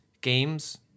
Games –